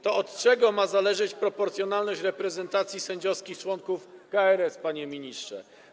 To od czego ma zależeć proporcjonalność reprezentacji sędziowskich członków KRS, panie ministrze?